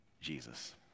Jesus